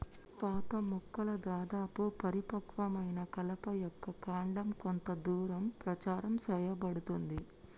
పాత మొక్కల దాదాపు పరిపక్వమైన కలప యొక్క కాండం కొంత దూరం ప్రచారం సేయబడుతుంది